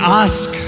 ask